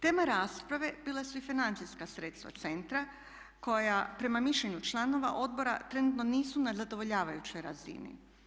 Tema rasprave bila su i financijska sredstva centra koja prema mišljenju članova odbora trenutno nisu na zadovoljavajućoj razini.